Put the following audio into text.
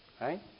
Right